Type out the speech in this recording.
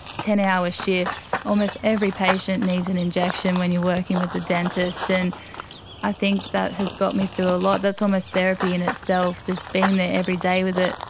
ten hour shifts, almost every patient needs an injection when you're working with a dentist, and i think that has got me through a lot. that's almost therapy in itself, just being there every day with it.